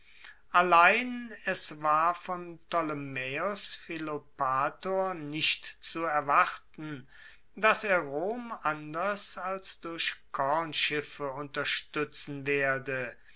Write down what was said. allein es war von ptolemaeos philopator nicht zu erwarten dass er rom anders als durch kornschiffe unterstuetzen werde